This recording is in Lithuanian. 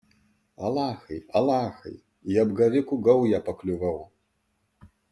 alachai alachai į apgavikų gaują pakliuvau